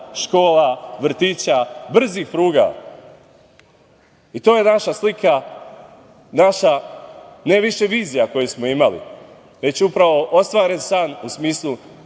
škola, vrtića, brzih pruga i to je naša slika, naša ne više vizija koju smo imali, već upravo ostvaren san u smislu